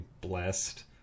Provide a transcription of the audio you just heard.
blessed